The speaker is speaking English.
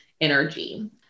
energy